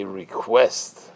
request